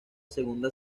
segunda